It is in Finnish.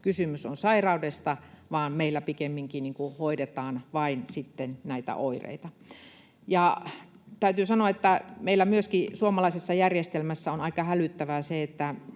kysymys on sairaudesta, vaan meillä pikemminkin hoidetaan vain sitten näitä oireita. Täytyy sanoa, että meillä myöskin suomalaisessa järjestelmässä on aika hälyttävää,